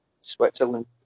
Switzerland